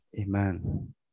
Amen